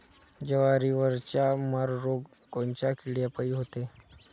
जवारीवरचा मर रोग कोनच्या किड्यापायी होते?